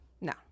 No